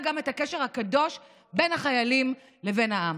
גם את הקשר הקדוש בין החיילים לבין העם,